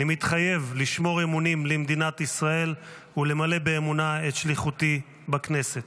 אני מתחייב לשמור אמונים למדינת ישראל ולמלא באמונה את שליחותי בכנסת.